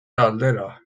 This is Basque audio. aldera